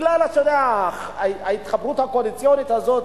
בגלל ההתחברות הקואליציונית הזאת,